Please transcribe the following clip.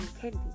candy